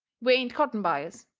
we ain't cotton buyers.